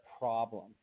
problem